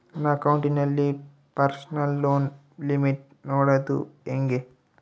ನನ್ನ ಅಕೌಂಟಿನಲ್ಲಿ personal loan limit ನೋಡದು ಹೆಂಗೆ?